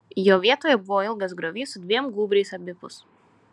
jo vietoje buvo ilgas griovys su dviem gūbriais abipus